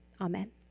Amen